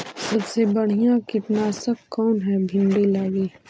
सबसे बढ़िया कित्नासक कौन है भिन्डी लगी?